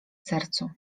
sercu